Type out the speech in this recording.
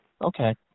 Okay